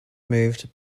moved